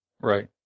Right